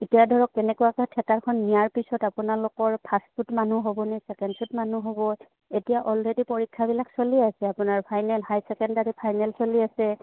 এতিয়া ধৰক তেনেকুৱাকে থিয়েটাৰখন নিয়াৰ পিছত আপোনালোকৰ ফাৰ্ষ্ট শ্বুত মানুহ হ'বনে ছেকেণ্ড শ্বুত মানুহ হ'ব এতিয়া অলৰেডি পৰীক্ষাবিলাক চলি আছে আপোনাৰ ফাইনেল হাই ছেকেণ্ডাৰী ফাইনেল চলি আছে